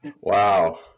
Wow